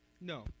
No